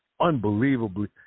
unbelievably